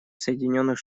соединенных